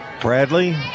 Bradley